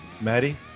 Maddie